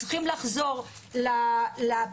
צריכים לחזור לפקודה,